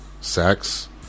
sex